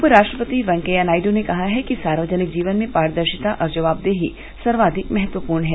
उपराश्ट्रपति वेंकैया नायड् ने कहा है कि सार्वजनिक जीवन में पारदर्षिता और जवाबदेही सर्वाधिक महत्वपूर्ण हैं